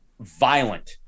violent